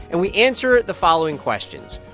and we answer the following questions.